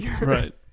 Right